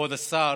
כבוד השר,